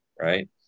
right